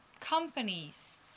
companies